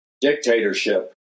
dictatorship